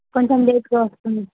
కొంచెం లేట్గా వస్తుంది